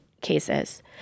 cases